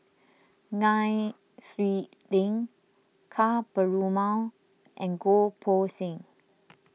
Nai Swee Leng Ka Perumal and Goh Poh Seng